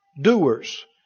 Doers